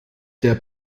der